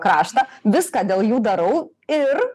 kraštą viską dėl jų darau ir